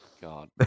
god